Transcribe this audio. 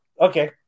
okay